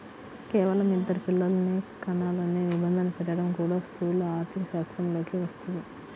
కేవలం ఇద్దరు పిల్లలనే కనాలనే నిబంధన పెట్టడం కూడా స్థూల ఆర్థికశాస్త్రంలోకే వస్తది